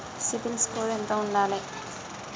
CIBIL score ఎంత ఉండాలే?